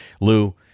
Lou